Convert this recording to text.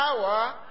power